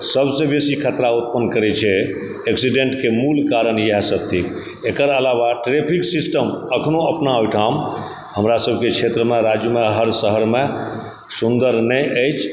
सबसँ बेसी खतरा उत्पन्न करैत छै एक्सीडेण्टके मूल कारण इएह सब थिक एकर अलावा ट्रैफिक सिस्टम एखनो अपना ओहिठाम हमरा सबके क्षेत्रमे राज्योमे हर शहरमे सुन्दर नहि अछि